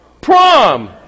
prom